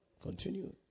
continue